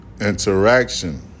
interaction